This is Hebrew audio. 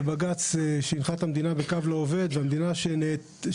בג"ץ הנחה את המדינה בקו לא עובד, והמדינה נעתרה